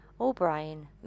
O'Brien